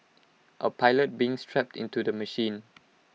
A pilot being strapped into the machine